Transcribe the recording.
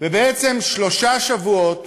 ובעצם, שלושה שבועות